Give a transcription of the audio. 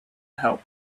help